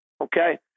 Okay